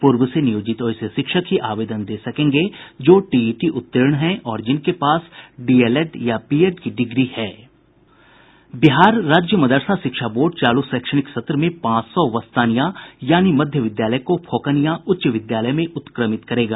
पूर्व से नियोजित वैसे शिक्षक ही आवेदन दे सकेंगे जो टीईटी उत्तीर्ण हैं और जिनके पास डीएलएड या बीएड की डिग्री है बिहार राज्य मदरसा शिक्षा बोर्ड चालू शैक्षणिक सत्र में पांच सौ वस्तानिया यानि मध्य विद्यालय को फोकनिया उच्च विद्यालय में उत्क्रमित करेगा